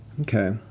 Okay